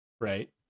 Right